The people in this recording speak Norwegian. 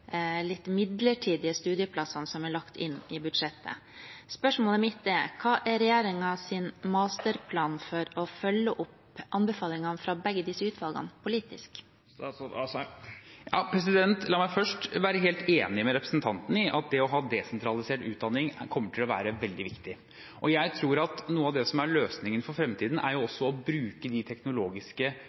litt midlertidige studieplassene som er lagt inn i budsjettet. Spørsmålet mitt er: Hva er regjeringens masterplan for å følge opp anbefalingene fra begge disse utvalgene politisk? La meg først være helt enig med representanten i at det å ha desentralisert utdanning kommer til å være veldig viktig. Jeg tror at noe av det som er løsningen for fremtiden, er å bruke de teknologiske